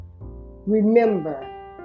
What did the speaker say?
Remember